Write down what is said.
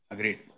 Agreed